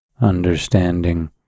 understanding